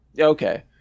Okay